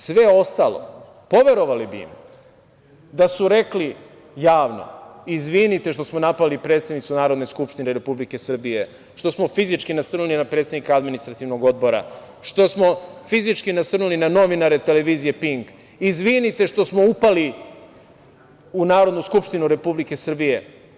Sve ostalo, poverovali bi da su rekli javno – izvinite što smo napali predsednicu Narodne skupštine Republike Srbije, što smo fizički nasrnuli na predsednika Administrativnog odbora, što smo fizički nasrnuli na novinara Televizije „Pink“, izvinite što smo upali u Narodnu skupštinu Republike Srbije.